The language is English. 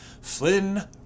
Flynn